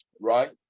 right